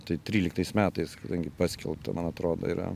tai tryliktais metais kadangi paskelbta man atrodo yra